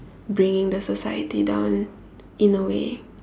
bringing the society down in a way